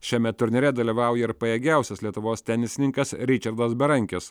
šiame turnyre dalyvauja ir pajėgiausias lietuvos tenisininkas ričardas berankis